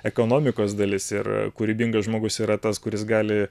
ekonomikos dalis ir kūrybingas žmogus yra tas kuris gali